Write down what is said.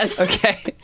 Okay